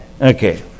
okay